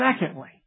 Secondly